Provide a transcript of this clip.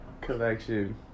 collection